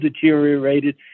deteriorated